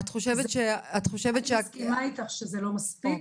אני מסכימה איתך שזה לא מספיק.